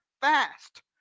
fast